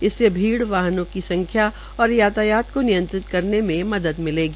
इसमें भीड़ वाहनों की संख्या और यातायात को नियत्रिंत करने में मदद मिलेगी